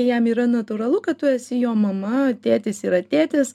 jam yra natūralu kad tu esi jo mama tėtis yra tėtis